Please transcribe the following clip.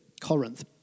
Corinth